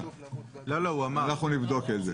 אנחנו נבדוק את זה.